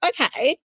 okay